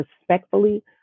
respectfully